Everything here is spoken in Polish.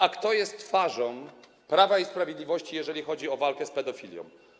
A kto jest twarzą Prawa i Sprawiedliwości, jeżeli chodzi o walkę z pedofilią?